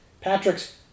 Patrick's